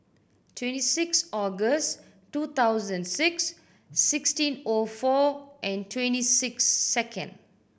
twenty six August two thousand six sixteen O four and twenty six second